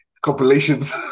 compilations